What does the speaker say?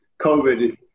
COVID